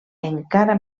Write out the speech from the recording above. encara